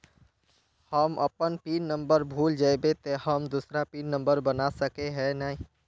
हम अपन pin number भूल जयबे ते हम दूसरा पिन नंबर बना सके है नय?